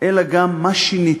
אלא גם מה שינית,